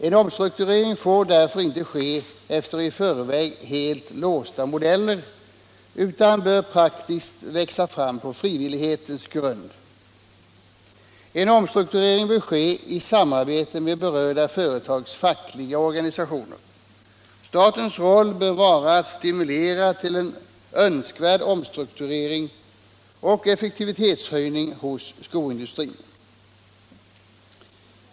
En omstrukturering bör därför inte ske efter i förväg helt låsta modeller utan bör praktiskt växa fram på frivillighetens grund. Omstruktureringen bör ske i samarbete med berörda fackliga organisationer. Statens roll bör vara att stimulera till en önskvärd omstrukturering och effektivitetshöjning hos skoindustrin.